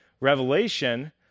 Revelation